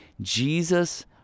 Jesus